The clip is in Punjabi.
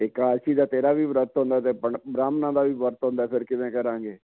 ਏਕਾਦਸ਼ੀ ਦਾ ਤੇਰਾ ਵੀ ਵਰਤ ਹੁੰਦਾ ਅਤੇ ਬ੍ਰਾਹਮਣਾਂ ਦਾ ਵੀ ਵਰਤ ਹੁੰਦਾ ਫਿਰ ਕਿਵੇਂ ਕਰਾਂਗੇ